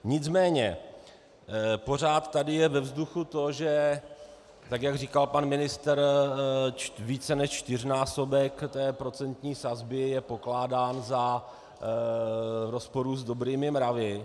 Nicméně pořád tady je ve vzduchu to, že tak jak říkal pan ministr, více než čtyřnásobek té procentní sazby je pokládán za v rozporu s dobrými mravy.